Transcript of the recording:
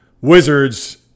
Wizards